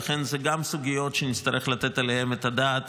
אלו גם סוגיות שנצטרך לתת עליהן את הדעת